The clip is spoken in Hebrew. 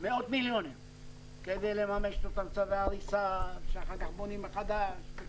מאות מיליונים כדי לממש את אותם צווי הריסה שאחר כך בונים מחדש.